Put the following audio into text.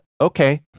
okay